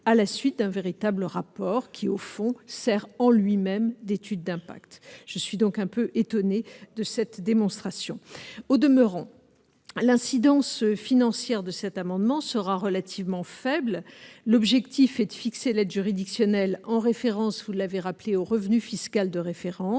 à la suite d'un véritable rapport qui au fond sert en lui-même d'étude d'impact, je suis donc un peu étonné de cette démonstration au demeurant l'incidence financière de cet amendement sera relativement faible, l'objectif est de fixer l'aide juridictionnelle en référence, vous l'avez rappelé au revenu fiscal de référence,